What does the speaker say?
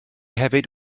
hefyd